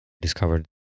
discovered